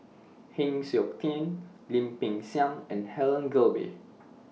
Heng Siok Tian Lim Peng Siang and Helen Gilbey